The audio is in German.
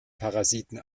parasiten